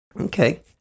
Okay